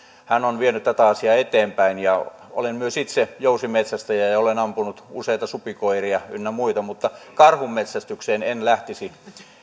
hän on vienyt tätä asiaa eteenpäin olen myös itse jousimetsästäjä ja ja olen ampunut useita supikoiria ynnä muita mutta karhunmetsästykseen en lähtisi